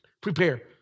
Prepare